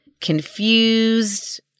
confused